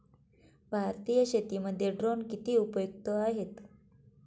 भारतीय शेतीमध्ये ड्रोन किती उपयुक्त आहेत?